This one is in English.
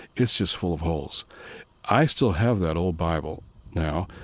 it's just full of holes i still have that old bible now,